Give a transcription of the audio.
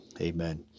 amen